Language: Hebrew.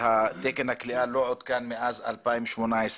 ותקן הכליאה לא עודכן מאז 2018,